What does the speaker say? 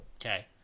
Okay